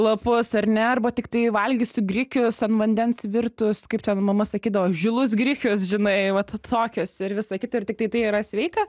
lapus ar ne arba tiktai valgysiu grikius ant vandens virtus kaip ten mama sakydavo žilus grikius žinai vat tokios ir visa ir tiktai tai yra sveika